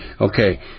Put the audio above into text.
Okay